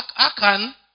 Akan